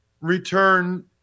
return